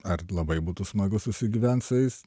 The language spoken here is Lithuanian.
ar labai būtų smagu susigyvent su jais